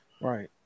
Right